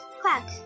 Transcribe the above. Quack